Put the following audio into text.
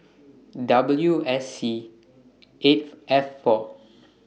W S C eight F four